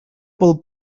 pel